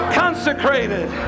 consecrated